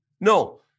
No